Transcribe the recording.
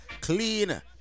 Clean